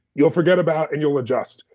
you'll forget about and you'll adjust.